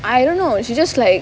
I don't know she just like